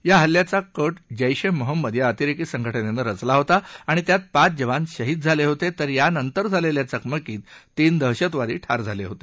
या हल्ल्याचा कट जैश ए मोहम्मद या अतिरेकी संघटनेनं रचला होता आणि त्यात पाच जवान शहीद झाले होते तर यानंतर झालेल्या चकमकीत तीन दहशतवादी ठार झाले होते